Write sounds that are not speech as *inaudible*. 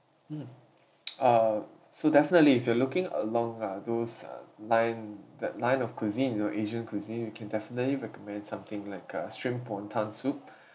mm *noise* uh so definitely if you are looking along uh those uh line that line of cuisine you know asian cuisine we can definitely recommend something like a shrimp wanton soup